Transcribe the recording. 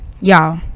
Y'all